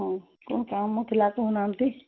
ହଁ କ'ଣ କାମ ଥିଲା କହୁନାହାନ୍ତି